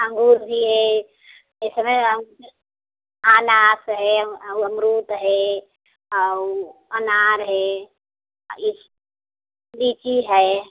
अंगूर भी है इस समय अनानास है और अमरुद है और अनार है लीची है